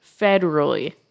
federally